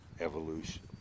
evolution